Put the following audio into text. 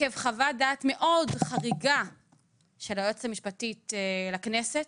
עקב חוות דעת מאוד חריגה של היועצת המשפטית לכנסת